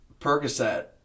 Percocet